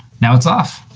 now it's off.